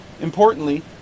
importantly